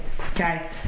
okay